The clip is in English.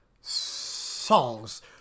songs